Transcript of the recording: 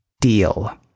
Deal